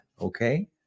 okay